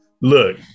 look